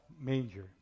manger